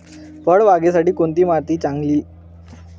फळबागेसाठी कोणती माती चांगली?